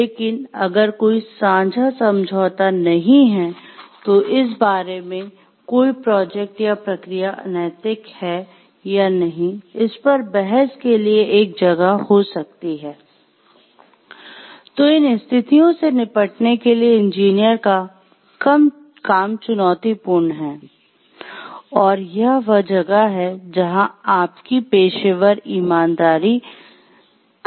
लेकिन अगर कोई साझा समझौता नहीं है तो इस बारे में कि कोई प्रोजेक्ट या प्रक्रिया अनैतिक है या नहीं इस पर बहस के लिए एक जगह हो जाती है तो इन स्थितियों से निपटने के लिए इंजीनियर का काम चुनौतीपूर्ण है और यह वह जगह है जहां आपकी पेशेवर ईमानदारी काम आती है